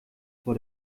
vor